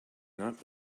not